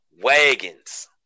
wagons